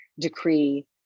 decree